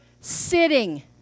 sitting